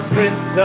Prince